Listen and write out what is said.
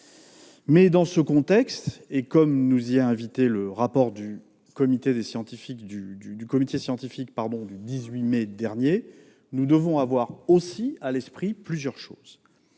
dit, dans ce contexte et comme nous y a invités le rapport du comité scientifique du 18 mai dernier, nous devons garder à l'esprit plusieurs éléments.